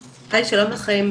היי, שלום לכם.